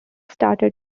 started